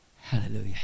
Hallelujah